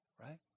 right